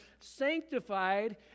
sanctified